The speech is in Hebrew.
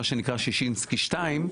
מה שנקרא שישינסקי 2,